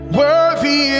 worthy